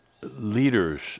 leaders